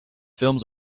films